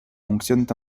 fonctionnent